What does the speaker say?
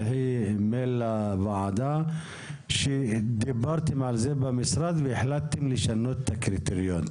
תשלחי מייל לוועדה שדיברתם על זה במשרד והחלטתם לשנות את הקריטריונים,